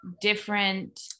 different